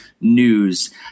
news